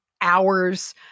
hours